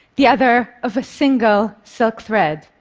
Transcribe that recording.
the other of a single silk thread.